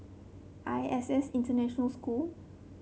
I S S International School